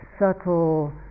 subtle